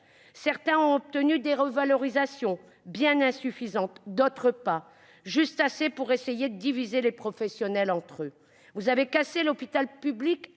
eux ont obtenu des revalorisations, bien insuffisantes, d'autres non. C'est juste assez pour essayer de diviser les professionnels entre eux. Vous avez cassé l'hôpital public